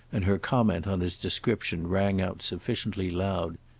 and her comment on his description rang out sufficiently loud.